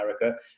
America